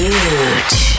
huge